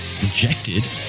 injected